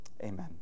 Amen